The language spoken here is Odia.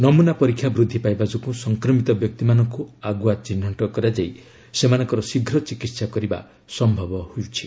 ନମୁନା ପରୀକ୍ଷା ବୃଦ୍ଧି ପାଇବା ଯୋଗୁଁ ସଂକ୍ରମିତ ବ୍ୟକ୍ତିମାନଙ୍କୁ ଆଗୁଆ ଚିହ୍ନଟ କରାଯାଇ ସେମାନଙ୍କର ଶୀଘ୍ର ଚିକିହା କରିବା ସମ୍ଭବ ହୋଇଛି